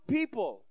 people